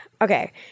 okay